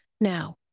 Now